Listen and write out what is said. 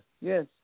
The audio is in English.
yes